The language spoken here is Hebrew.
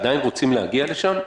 עדין רוצים להגיע לשם?